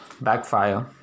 backfire